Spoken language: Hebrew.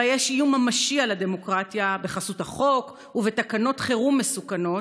שבה יש איום ממשי על הדמוקרטיה בחסות החוק ובתקנות חירום מסוכנות,